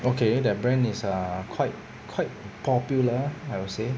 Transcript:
okay that brand is err quite quite popular I would say